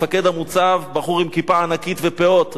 מפקד המוצב בחור עם כיפה ענקית ופאות.